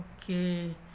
Okay